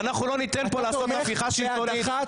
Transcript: ואנחנו לא ניתן פה לעשות הפיכה שלטונית,